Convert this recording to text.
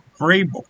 Grable